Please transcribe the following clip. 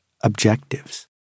objectives